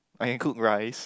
I can cook rice